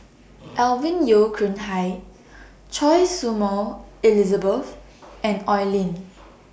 Alvin Yeo Khirn Hai Choy Su Moi Elizabeth and Oi Lin